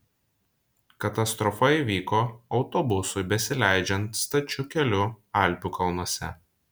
katastrofa įvyko autobusui besileidžiant stačiu keliu alpių kalnuose